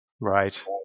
Right